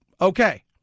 Okay